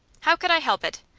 how could i help it?